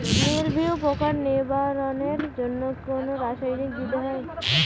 মিলভিউ পোকার নিবারণের জন্য কোন রাসায়নিক দিতে হয়?